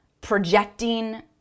projecting